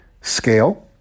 scale